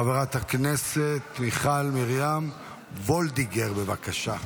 חברת הכנסת מיכל מרים וולדיגר, בבקשה.